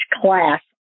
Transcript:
class